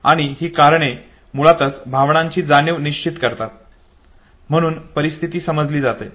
आणि ही कारणे मुळातच भावनांची जाणीव निश्चित करतात म्हणून परिस्थिती समजली जाते